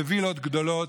בווילות גדולות,